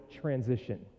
transition